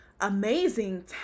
amazing